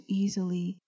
easily